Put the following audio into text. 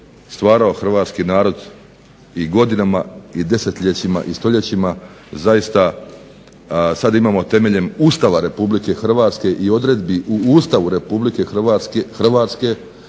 hrvatski narod i godinama i desetljećima i stoljećima. Zaista sada imamo temeljem Ustava RH i odredbi u Ustavu RH i zakonske